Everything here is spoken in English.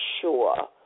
sure